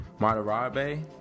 Matarabe